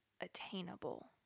attainable